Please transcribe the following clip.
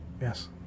Yes